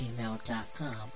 gmail.com